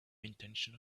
intention